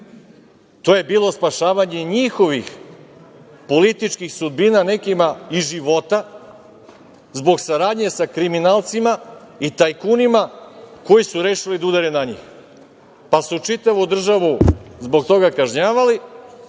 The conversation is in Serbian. To je bilo spašavanje i njihovih političkih sudbina, nekima i života, zbog saradnje sa kriminalcima i tajkunima koji su rešili da udare na njih, pa su čitavu državu zbog toga kažnjavali,